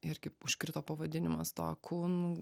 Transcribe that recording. irgi užkrito pavadinimas tokun